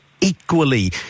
equally